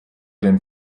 den